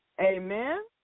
Amen